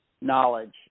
knowledge